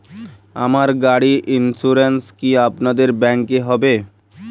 আমার গাড়ির ইন্সুরেন্স কি আপনাদের ব্যাংক এ হবে?